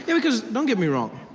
yeah because, don't get me wrong.